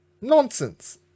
Nonsense